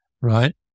right